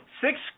Six